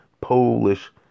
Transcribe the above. Polish